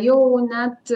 jau net